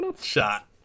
shot